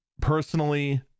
personally